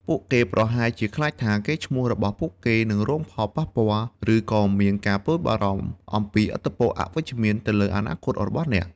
ពួកគេប្រហែលជាខ្លាចថា កេរ្តិ៍ឈ្មោះរបស់ពួកគេនឹងរងផលប៉ះពាល់ ឬក៏មានការព្រួយបារម្ភអំពីឥទ្ធិពលអវិជ្ជមានទៅលើអនាគតរបស់អ្នក។